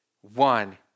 one